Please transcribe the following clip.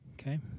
okay